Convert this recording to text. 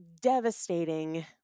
devastating